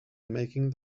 making